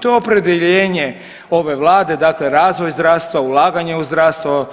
To je opredjeljenje ove Vlade, dakle razvoj zdravstva, ulaganje u zdravstvo,